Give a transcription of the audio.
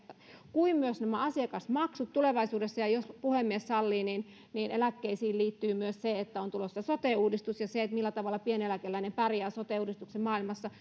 kuin myös nämä asiakasmaksut tulevaisuudessa ja jos puhemies sallii niin niin eläkkeisiin liittyy myös se että on tulossa sote uudistus ja se millä tavalla pieneläkeläinen pärjää sote uudistuksen maailmassa